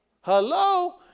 Hello